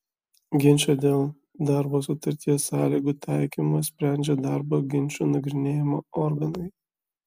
ginčą dėl darbo sutarties sąlygų taikymo sprendžia darbo ginčų nagrinėjimo organai